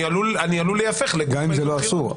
אני עלול להיהפך --- גם אם זה לא אסור.